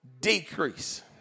decrease